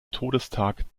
todestag